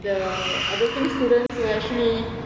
the I don't think students will actually